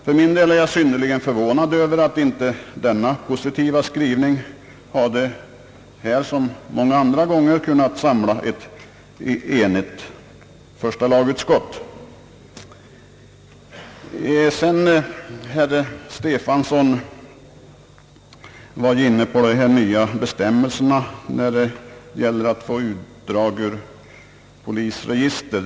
För min del är jag synnerligen förvånad över att inte denna positiva skrivning i detta fall som så många andra gånger kunnat samla ett enigt första lagutskott. Herr Stefanson var inne på de nya bestämmelserna när det gäller att få utdrag ur polisregister.